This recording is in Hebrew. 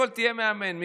קודם כול תהיה מאמן.